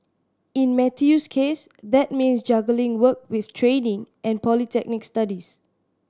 in Matthew's case that means juggling work with training and polytechnic studies